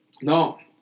no